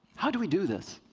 how do we do this?